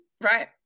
Right